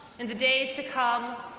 in the days to come,